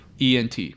ENT